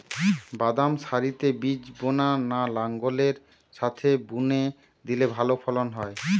বাদাম সারিতে বীজ বোনা না লাঙ্গলের সাথে বুনে দিলে ভালো ফলন হয়?